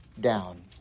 down